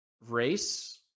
race